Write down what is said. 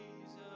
Jesus